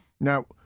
Now